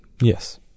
Yes